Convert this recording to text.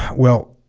well